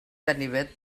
ganivet